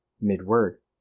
Mid-word